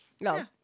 No